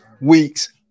week's